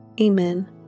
Amen